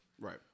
Right